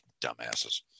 Dumbasses